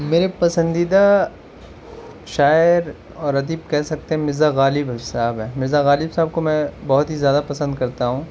میرے پسندیدہ شاعر اور ادیب کہہ سکتے ہیں مرزا غالب صاحب ہیں مرزا غالب صاحب کو میں بہت ہی زیادہ پسند کرتا ہوں